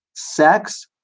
sex,